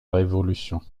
révolution